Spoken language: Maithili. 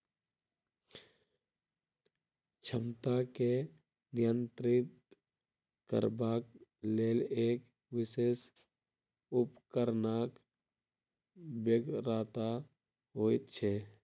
क्षमता के नियंत्रित करबाक लेल एक विशेष उपकरणक बेगरता होइत छै